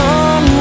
on